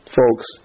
folks